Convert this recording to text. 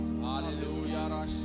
Hallelujah